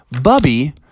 Bubby